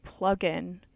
plugin